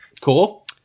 Cool